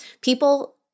People